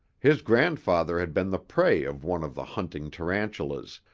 his grandfather had been the prey of one of the hunting tarantulas,